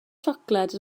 siocled